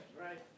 Right